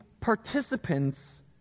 participants